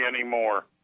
anymore